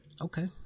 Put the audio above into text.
Okay